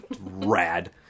Rad